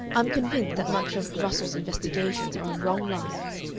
i'm convinced that much of russell's investigations are on wrong lines,